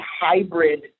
hybrid